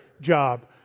job